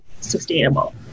sustainable